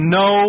no